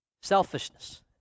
Selfishness